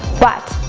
but,